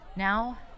Now